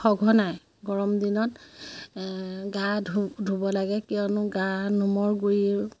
সঘনাই গৰম দিনত গা ধু ধুব লাগে কিয়নো গা নোমৰ গুৰিৰ